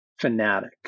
fanatic